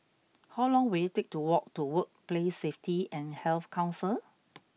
how long will it take to walk to Workplace Safety and Health Council